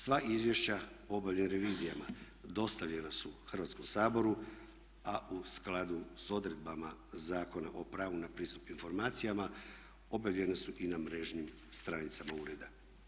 Sva izvješća o obavljenim revizijama dostavljena su Hrvatskom saboru a u skladu s odredbama Zakona o pravu na pristup informacijama objavljene su i na mrežnim stranicama ureda.